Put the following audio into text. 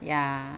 ya